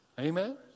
Amen